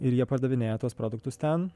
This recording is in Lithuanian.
ir jie pardavinėja tuos produktus ten